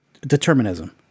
determinism